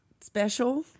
special